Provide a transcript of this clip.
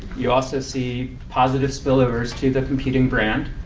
you also see positive spillovers to the competing brand.